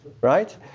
right